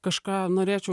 kažką norėčiau